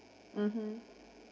mmhmm